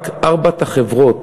רק ארבע החברות